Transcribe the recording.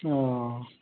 ओ